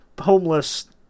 homeless